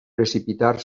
precipitar